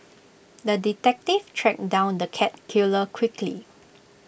the detective tracked down the cat killer quickly